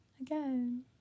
again